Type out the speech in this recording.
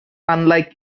unlike